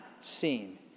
seen